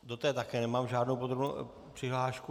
Do té také nemám žádnou přihlášku.